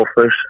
fish